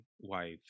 wife